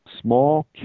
small